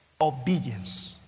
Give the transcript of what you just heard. obedience